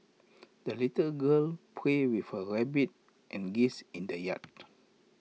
the little girl played with her rabbit and geese in the yard